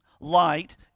light